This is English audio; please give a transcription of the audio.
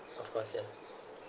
of course yeah